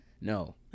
No